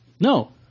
No